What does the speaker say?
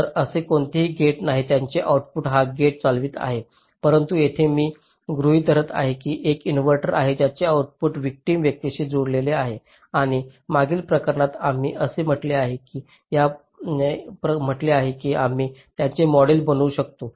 तर असे कोणतेही गेट नाहीत ज्यांचे आउटपुट हा गेट चालवित आहे परंतु येथे मी असे गृहित धरत आहे की असे एक इन्व्हर्टर आहे ज्याचे आउटपुट व्हिक्टिम व्यक्तीशी जोडलेले आहे आणि मागील प्रकरणात आम्ही असे म्हटले आहे की आम्ही त्याचे मॉडेल बनवू शकतो